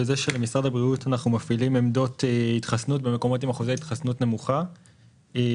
הבריאות מפעיל עמדות התחסנות במקומות עם אחוזי התחסנות נמוכים,